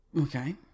okay